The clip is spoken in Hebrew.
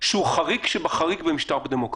שהוא חריג שבחריג במשטר דמוקרטי.